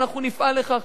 ואנחנו נפעל לכך,